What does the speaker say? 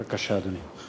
בבקשה, אדוני.